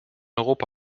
europa